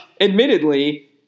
admittedly